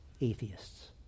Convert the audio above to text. atheists